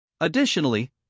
Additionally